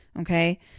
Okay